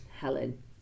Helen